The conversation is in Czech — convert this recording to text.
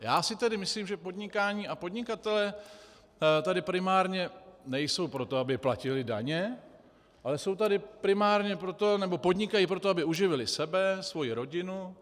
Já si tedy myslím, že podnikání a podnikatelé tady primárně nejsou proto, aby platili daně, ale jsou tady primárně proto, nebo podnikají proto, aby uživili sebe, svoji rodinu.